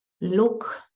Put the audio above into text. look